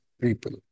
people